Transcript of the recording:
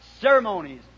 ceremonies